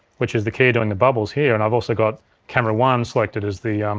which is the keyer doing the bubbles here and i've also got camera one selected as the,